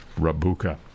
Rabuka